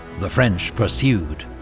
the french pursued,